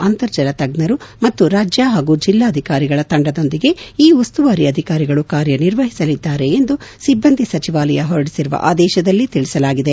ಅಂತರ್ಜಲ ತಜ್ಞರು ಮತ್ತು ರಾಜ್ಯ ಪಾಗೂ ಜಿಲ್ಲಾ ಅಧಿಕಾರಿಗಳ ತಂಡದೊಂದಿಗೆ ಈ ಉಸ್ತುವಾರಿ ಅಧಿಕಾರಿಗಳು ಕಾರ್ಯನಿರ್ವಹಿಸಲಿದ್ದಾರೆ ಎಂದು ಸಿಬ್ಬಂದಿ ಸಚಿವಾಲಯ ಹೊರಡಿಸಿರುವ ಆದೇಶದಲ್ಲಿ ತಿಳಿಸಲಾಗಿದೆ